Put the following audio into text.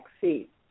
seat